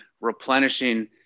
replenishing